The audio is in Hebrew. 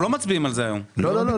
אנחנו לא מצביעים על זה היום, נכון?